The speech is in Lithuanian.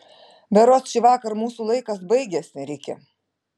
berods šįvakar mūsų laikas baigiasi riki